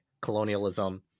Colonialism